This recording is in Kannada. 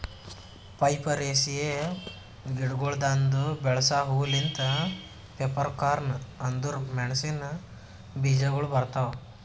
ಪೈಪರೇಸಿಯೆ ಗಿಡಗೊಳ್ದಾಂದು ಬೆಳಸ ಹೂ ಲಿಂತ್ ಪೆಪ್ಪರ್ಕಾರ್ನ್ ಅಂದುರ್ ಮೆಣಸಿನ ಬೀಜಗೊಳ್ ಬರ್ತಾವ್